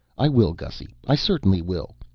i will, gussy, i certainly will.